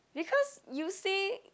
because you say